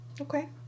Okay